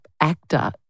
actor